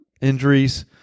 injuries